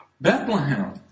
Bethlehem